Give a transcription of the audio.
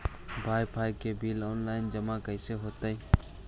Wifi के bill online जमा कैसे होतै?